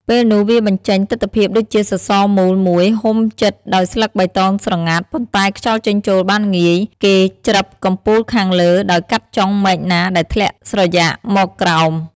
ពេលនោះវាបញ្ចេញ ទិដ្ឋភាពដូចជាសរសរមូលមួយហ៊ុំជិតដោយស្លឹកបៃតងស្រងាត់ ប៉ុន្តែខ្យល់ចេញចូលបានងាយ គេច្រឹបកំពូលខាងលើដោយកាត់ចុងមែកណាដែលធ្លាក់ស្រយាកមកក្រោម។